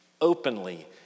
openly